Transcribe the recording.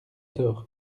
tort